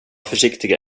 försiktiga